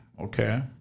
okay